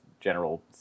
general